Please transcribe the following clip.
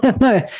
No